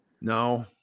No